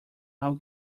i’ll